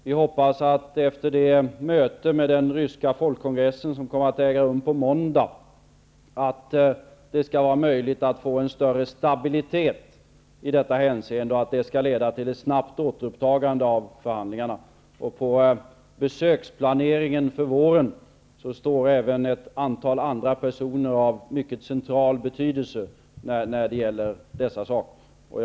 Vi hoppas att det, efter det möte med den ryska folkkongressen som kommer att äga rum på måndag, skall vara möjligt att få en större stabilitet i detta hänseende och att det skall leda till ett snabbt återupptagande av förhandlingarna. I besöksplaneringen för våren ingår också ett antal andra personer av mycket central betydelse när det gäller dessa saker.